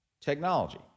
technology